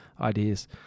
ideas